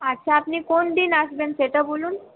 আচ্ছা আপনি কোন দিন আসবেন সেটা বলুন